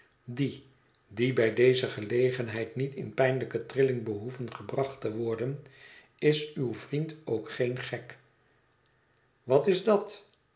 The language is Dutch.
die die bij deze gelegenheid niet in pijnlijke trilling behoeven gebracht te worden is uw vriend ook geen gek wat is dat